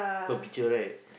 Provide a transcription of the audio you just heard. her picture right